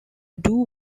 doo